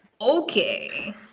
Okay